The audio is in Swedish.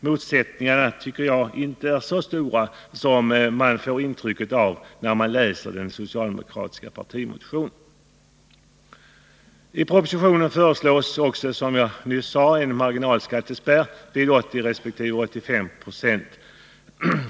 Motsättningarna är inte så stora som man får intryck av när man läser den socialdemokratiska partimotionen. I propositionen föreslås också, som jag nyss sade, en marginalskattespärr vid 80 resp. 85 20.